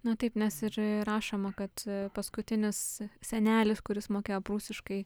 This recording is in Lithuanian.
na taip nes ir rašoma kad paskutinis senelis kuris mokėjo prūsiškai